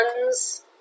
ones